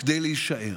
כדי להישאר.